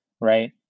Right